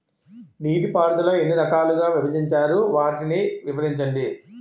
నీటిపారుదల ఎన్ని రకాలుగా విభజించారు? వాటి వివరించండి?